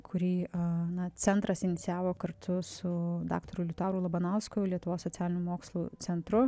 kurį a na centras inicijavo kartu su daktaru liutauru labanausku lietuvos socialinių mokslų centru